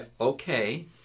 okay